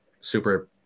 super